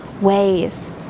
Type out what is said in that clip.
ways